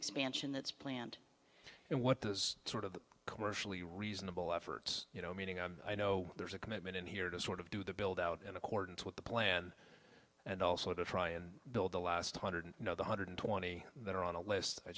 expansion that's planned and what those sort of commercially reasonable efforts you know meeting and i know there's a commitment in here to sort of do the build out in accordance with the plan and also to try and build the last hundred one hundred twenty that are on a list